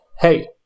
Hey